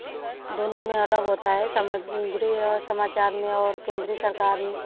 दोनों में अलग होता है सामग्री और समाचार में और केंद्रीय सरकार